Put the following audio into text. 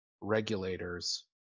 regulators